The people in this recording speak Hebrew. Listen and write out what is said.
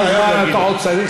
אדוני, כמה זמן אתה עוד צריך?